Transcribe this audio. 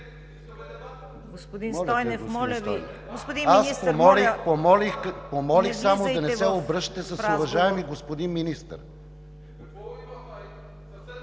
Аз помолих само да не се обръщате с „уважаеми господин министър“.